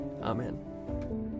Amen